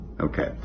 Okay